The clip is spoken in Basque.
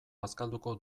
bazkalduko